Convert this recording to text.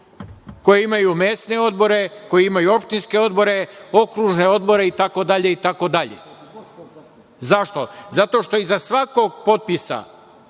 koje imaju mesne odbore, koje imaju opštinske odbore, okružne odbore i tako dalje. Zašto? Zato što iza svakog potpisa